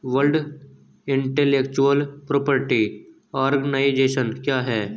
World intellectual property organisation क्या है?